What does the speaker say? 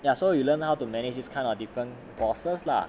ya so you learn how to manage this kind of different bosses lah